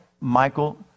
Michael